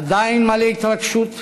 עדיין מלא התרגשות,